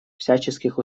всяческих